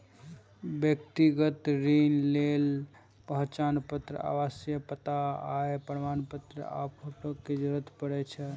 व्यक्तिगत ऋण लेल पहचान पत्र, आवासीय पता, आय प्रमाणपत्र आ फोटो के जरूरत पड़ै छै